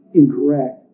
incorrect